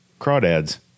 Crawdads